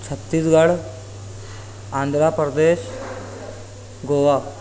چھتیس گڑھ آندھرا پردیش گوا